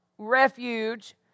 refuge